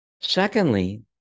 Secondly